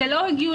זה לא הגיוני,